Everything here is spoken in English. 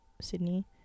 Sydney